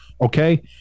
okay